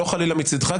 לא חלילה מצדך,